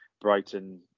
Brighton